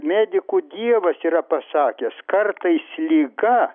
medikų dievas yra pasakęs kartais liga